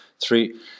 three